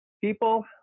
people